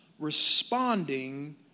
responding